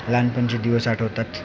लहानपणचे दिवस आठवतात